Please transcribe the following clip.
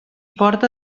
porta